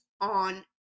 on